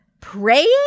praying